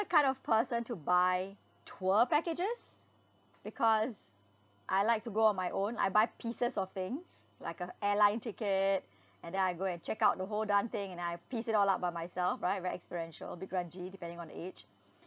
the kind of person to buy tour packages because I like to go on my own I buy pieces of things like uh airline ticket and then I go and check out the whole darn thing and then I piece it all up by myself right very experiential a bit grungy depending on the age